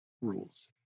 rules